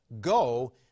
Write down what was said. go